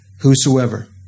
whosoever